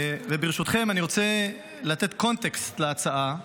ברשותכם, אני רוצה לתת קונטקסט להצעה,